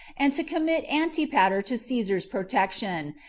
and to commit antipater to caesar's protection,